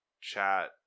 chat